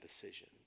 decision